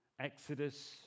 Exodus